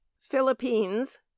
Philippines